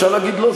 אפשר להגיד לא,